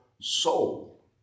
soul